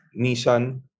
Nissan